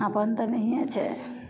अपन तऽ नहिए छै